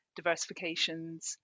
diversifications